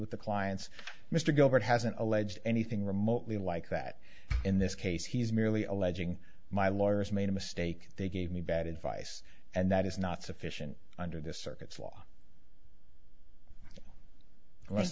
with the clients mr gilbert hasn't alleged anything remotely like that in this case he's merely alleging my lawyers made a mistake they gave me bad advice and that is not sufficient under the circuit's law un